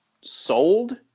sold